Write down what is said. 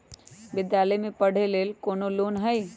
विद्यालय में पढ़े लेल कौनो लोन हई?